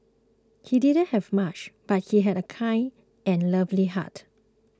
he did not have much but he had a kind and lovely heart